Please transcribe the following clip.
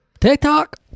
TikTok